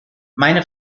meine